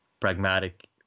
pragmatic